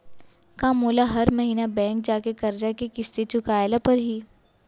का मोला हर महीना बैंक जाके करजा के किस्ती चुकाए ल परहि?